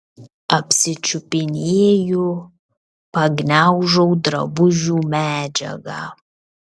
apsičiupinėju pagniaužau drabužių medžiagą